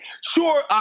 sure